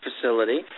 facility